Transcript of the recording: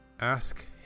Ask